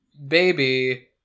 Baby